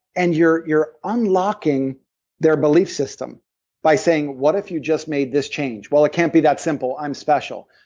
and you're you're unlocking their belief system by saying what if you just made this change? well, it can't be that simple. i'm special.